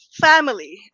family